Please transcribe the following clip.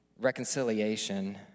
reconciliation